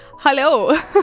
Hello